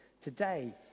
today